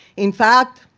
in fact,